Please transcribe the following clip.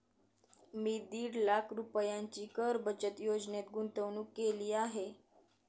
मी दीड लाख रुपयांची कर बचत योजनेत गुंतवणूक केली आहे